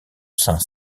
saint